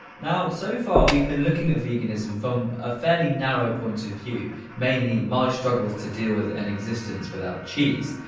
now so far we've been looking at veganism from a fairly narrow point of view, mainly my struggles to deal with an existence without cheese.